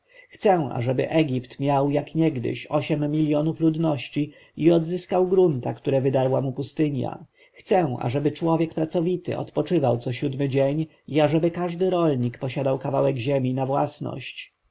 chcę ażeby egipt miał jak niegdyś osiem miljonów ludności i odzyskał grunta które wydarła mu pustynia chcę ażeby człowiek pracowity odpoczywał co siódmy dzień i ażeby każdy rolnik posiadał kawałek ziemi na własność